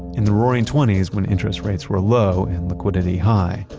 in the roaring twenty s, when interest rates were low, and liquidity high,